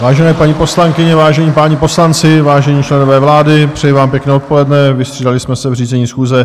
Vážené paní poslankyně, vážení páni poslanci, vážení členové vlády, přeji vám pěkné odpoledne, vystřídali jsme se v řízení schůze.